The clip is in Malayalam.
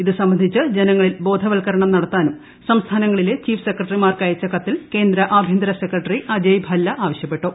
ഇത് സംബന്ധിച്ച് ജനങ്ങളിൽ ബോധവൽകരണം നടത്താനും സംസ്ഥാനങ്ങളിലെ ചീഫ് സെക്രട്ടറിമാർക്ക് അയച്ച കത്തിൽ കേന്ദ്ര ആഭ്യന്തര സെക്രട്ടറി അജയ് ഭല്ല ആവശ്യപ്പെട്ടു